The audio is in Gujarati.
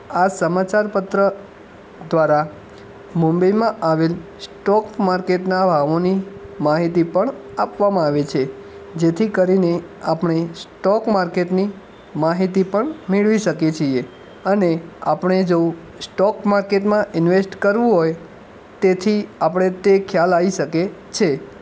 આ સમાચાર પત્ર દ્વારા મુંબઈમાં આવેલાં સ્ટૉક માર્કેટના ભાવોની માહિતી પણ આપવામાં આવે છે જેથી કરીને આપણે સ્ટૉક માર્કેટની માહિતી પણ મેળવી શકીએ છીએ અને આપણે જો સ્ટૉક માર્કેટમાં ઇન્વૅસ્ટ કરવું હોય તેથી આપણે તે ખ્યાલ આવી શકે છે